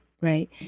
right